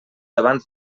abans